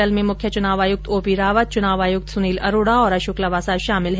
दल में मुख्य चुनाव आयुक्त ओपी रावत चुनाव आयुक्त सुनील अरोड़ा और अशोक लवासा शामिल है